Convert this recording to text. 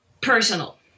personal